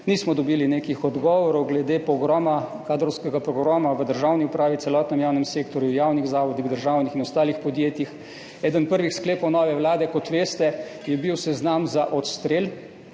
nismo dobili nekih odgovorov glede kadrovskega pogroma v državni upravi, v celotnem javnem sektorju, javnih zavodih, državnih in ostalih podjetjih. Eden prvih sklepov nove vlade, kot veste, je bil seznam za odstrel,